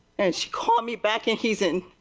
and she called me back and he is in